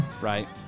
right